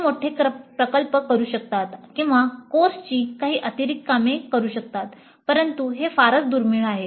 ते मोठे प्रकल्प करू शकतात किंवा कोर्सची काही अतिरिक्त कामे करू शकतात परंतु हे फारच दुर्मिळ आहे